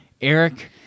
Eric